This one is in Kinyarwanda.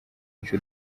yica